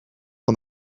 van